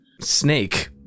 snake